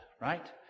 right